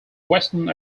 western